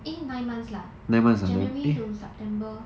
eh nine months lah january to september